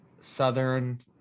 southern